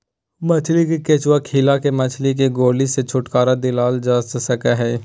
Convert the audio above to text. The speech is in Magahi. मछली के केंचुआ खिला के मछली के गोली से छुटकारा दिलाल जा सकई हई